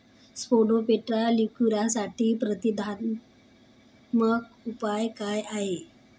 Spodoptera लिट्युरासाठीचे प्रतिबंधात्मक उपाय काय आहेत?